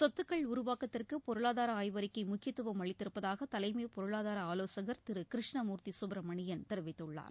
சொத்துக்கள் உருவாக்கத்திற்கு பொருளாதார ஆய்வறிக்கை முக்கியத்துவம் அளித்திருப்பதாக தலைமை பொருளாதார ஆலோசகர் திரு கிருஷ்ணமூர்த்தி சுப்பிரமணியன் தெரிவித்துள்ளார்